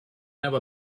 have